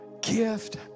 Gift